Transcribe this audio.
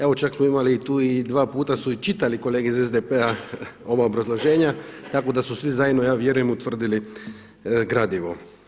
Evo čak smo imali tu i dva puta su i čitali kolege iz SDP-a ova obrazloženja, tako da su svi zajedno ja vjerujem utvrdili gradivo.